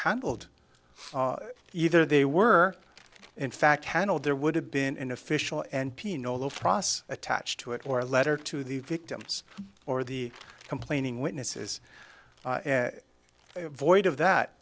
handled either they were in fact handled there would have been an official and pino law process attached to it or a letter to the victims or the complaining witness is void of that